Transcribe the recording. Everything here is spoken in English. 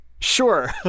Sure